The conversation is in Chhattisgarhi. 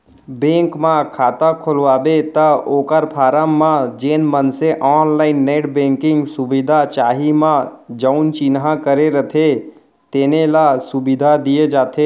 बेंक म खाता खोलवाबे त ओकर फारम म जेन मनसे ऑनलाईन नेट बेंकिंग सुबिधा चाही म जउन चिन्हा करे रथें तेने ल सुबिधा दिये जाथे